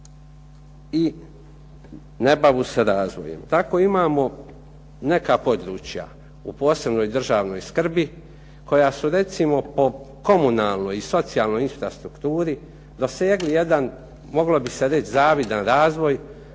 i ne bavu se razvojem. Tako imamo neka područja u posebnoj državnoj skrbi koja su recimo po komunalnoj i socijalnoj infrastrukturi dosegli jedan moglo bi se reći zavidan razvoj,